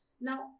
Now